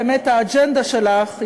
באמת האג'נדה שלך,